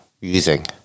using